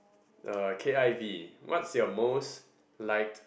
uh K_I_V what's your most liked